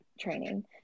training